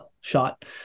shot